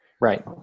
right